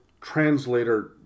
translator